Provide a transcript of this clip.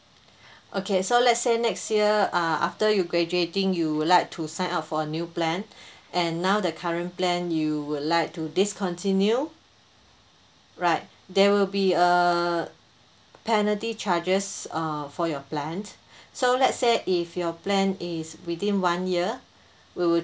okay so let's say next year uh after you graduating you would like to sign up for a new plan and now the current plan you would like to discontinue right there will be a penalty charges uh for your plan so let's say if your plan is within one year we will